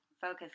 focus